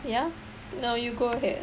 ya no you go ahead